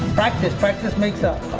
practice practice makes up.